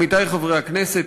עמיתי חברי הכנסת,